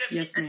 Yes